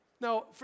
Now